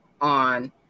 on